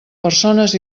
persones